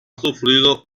sufrido